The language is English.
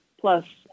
plus